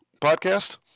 podcast